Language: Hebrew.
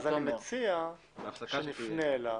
אני מציע שנפנה אליו.